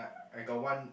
I I got one